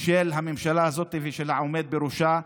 של הממשלה הזאת ושל העומד בראשה,